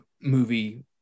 movie